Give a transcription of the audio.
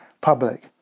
public